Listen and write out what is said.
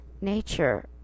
nature